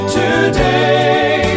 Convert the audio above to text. today